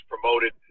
promoted